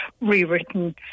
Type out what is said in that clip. rewritten